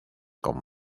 con